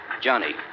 Johnny